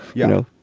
you know,